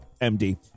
MD